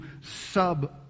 sub